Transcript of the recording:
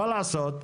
מה לעשות?